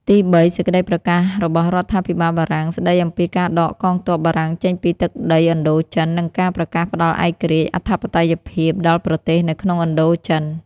ទីបី សេចក្តីប្រកាសរបស់រដ្ឋាភិបាលបារាំង ស្តីអំពីការដកកងទ័ពបារាំងចេញពីទឹកដីឥណ្ឌូចិន និងការប្រកាសផ្តល់ឯករាជ្យ អធិបតេយ្យភាពដល់ប្រទេសនៅក្នុងឥណ្ឌូ ចិន។